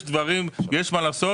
יש דברים יש מה לעשות,